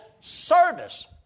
service